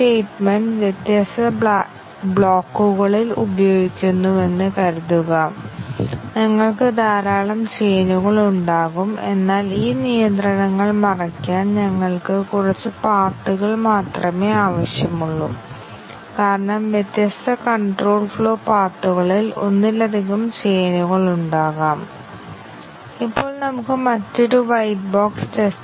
independent പാത്തുകളുടെ coverage ഉറപ്പുനൽകുന്നതിനാണ് രൂപകൽപ്പന ചെയ്തിരിക്കുന്നത് കൂടാതെ സൈക്ലോമാറ്റിക് മെട്രിക് നിർണ്ണയിക്കാൻ മറ്റൊരു വഴിയുണ്ട് പ്രോഗ്രാമിലൂടെ നോക്കുക CFG നോക്കേണ്ട ആവശ്യമില്ല പ്രോഗ്രാം ദൃശ്യപരമായി പരിശോധിക്കുക എത്ര ബ്രാഞ്ച് എക്സ്പ്രഷനുകൾ ഉണ്ടെന്ന് കണ്ടെത്തുക അവിടെ പ്ലസ് 1 നിങ്ങൾക്ക് സൈക്ലോമാറ്റിക് മെട്രിക് നൽകും